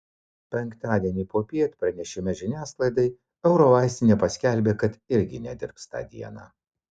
penktadienį popiet pranešime žiniasklaidai eurovaistinė paskelbė kad irgi nedirbs tą dieną